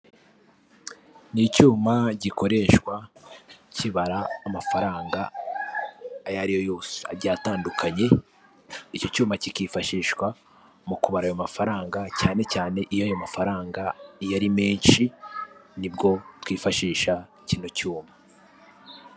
Ni icyuma gikoreshwa kibara amafaranga ayo ari yo yose agiye atandukanye icyo cyuma kikifashishwa mu kubarayo mafaranga cyane cyane iyo ayo mafaranga yari ari menshi nibwo twifashisha kino cyuma.